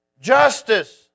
justice